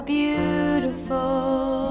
beautiful